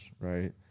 right